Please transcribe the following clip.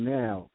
now